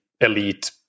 elite